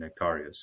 Nectarius